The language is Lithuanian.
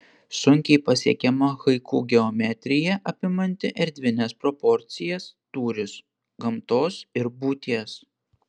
sunkiai pasiekiama haiku geometrija apimanti erdvines proporcijas tūrius gamtos ir būties